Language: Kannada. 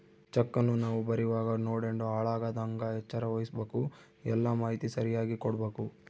ಚೆಕ್ಕನ್ನ ನಾವು ಬರೀವಾಗ ನೋಡ್ಯಂಡು ಹಾಳಾಗದಂಗ ಎಚ್ಚರ ವಹಿಸ್ಭಕು, ಎಲ್ಲಾ ಮಾಹಿತಿ ಸರಿಯಾಗಿ ಕೊಡ್ಬಕು